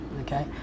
Okay